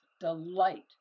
delight